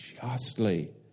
justly